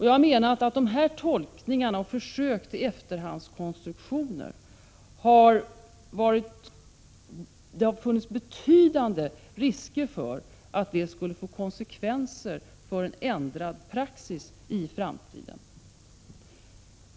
Jag menar att det funnits betydande risker för att dessa tolkningar och försök till efterhandskonstruktioner skulle kunna få konsekvenser för en ändrad praxis i framtiden.